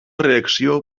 reacció